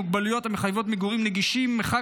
מוגבלויות המחייבות מגורים נגישים ומרחק